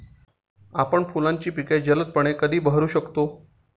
आपण फुलांची पिके जलदपणे कधी बहरू शकतो?